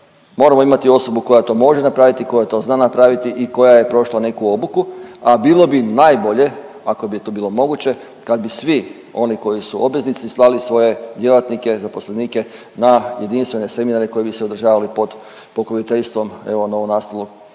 moramo imati osobu koja to može napraviti, koja to zna napraviti i koja je prošla neku obuku, a bilo bi najbolje ako bi to bilo moguće kad bi svi oni koji su obveznici slali svoje djelatnike, zaposlenike na jedinstvene seminare koji bi se održavali pod pokroviteljstvom evo novo nastale,